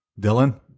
Dylan